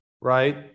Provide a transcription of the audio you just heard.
Right